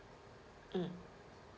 mm